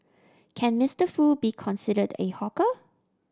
can Mister Foo be considered a hawker